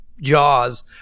jaws